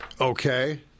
Okay